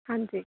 ਹਾਂਜੀ